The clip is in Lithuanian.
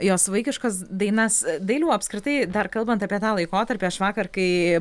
jos vaikiškas dainas dailiau apskritai dar kalbant apie tą laikotarpį aš vakar kai